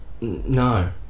No